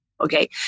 Okay